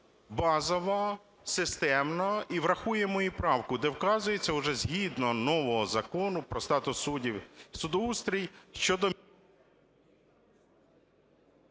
базово, системно і врахуємо мою правку, де вказується вже згідно нового Закону про статус суддів і судоустрій…